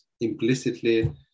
implicitly